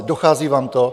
Dochází vám to?